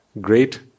great